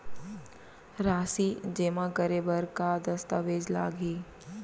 राशि जेमा करे बर का दस्तावेज लागही?